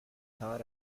thought